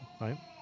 right